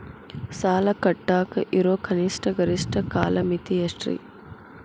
ಸಾಲ ಕಟ್ಟಾಕ ಇರೋ ಕನಿಷ್ಟ, ಗರಿಷ್ಠ ಕಾಲಮಿತಿ ಎಷ್ಟ್ರಿ?